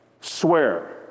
Swear